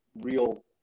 real